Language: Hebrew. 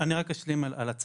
אז אני רק אשלים על הצו.